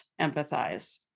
empathize